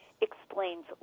explains